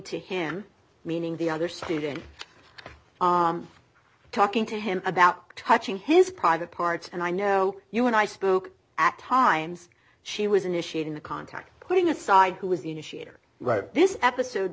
to him meaning the other student talking to him about touching his private parts and i know you and i spoke at times she was initiating the contact putting aside who was the initiator what this episode